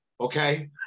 okay